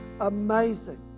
amazing